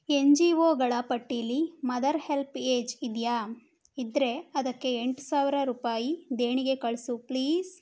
N G ಒಗಳ ಪಟ್ಟಿಲಿ mother help age ಇದೆಯಾ ಇದ್ದರೆ ಅದಕ್ಕೆ ಎಂಟು ಸಾವಿರ ರೂಪಾಯಿ ದೇಣಿಗೆ ಕಳಿಸು ಪ್ಲೀಸ್